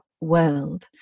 world